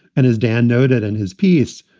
and as dan noted in his piece,